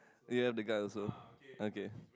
ya the guy also okay